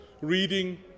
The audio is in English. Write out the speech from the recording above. reading